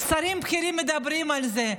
שרים בכירים מדברים על זה,